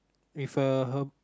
with a herb